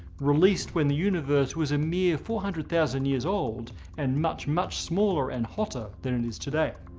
released when the universe was a mere four hundred thousand years old and much much smaller and hotter than it is today.